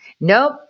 Nope